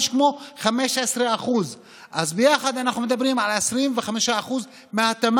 משהו כמו 15%. אז ביחד אנחנו מדברים על 25% מהתמ"ג